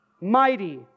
mighty